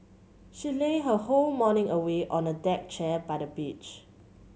she lazed her whole morning away on a deck chair by the beach